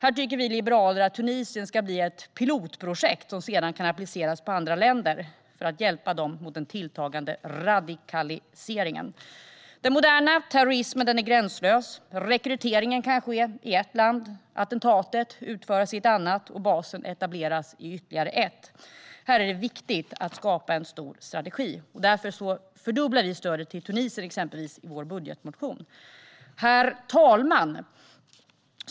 Här tycker vi liberaler att Tunisien ska bli ett pilotprojekt som sedan kan appliceras på andra länder, för att hjälpa dem mot den tilltagande radikaliseringen. Den moderna terrorismen är gränslös. Rekryteringen kan ske i ett land, attentatet utföras i ett annat och basen etableras i ytterligare ett. Här är det viktigt att skapa en stor strategi. Därför fördubblar vi stödet till Tunisien i vår budgetmotion. Herr talman!